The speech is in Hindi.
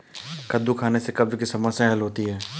कद्दू खाने से कब्ज़ की समस्याए हल होती है